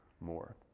more